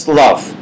love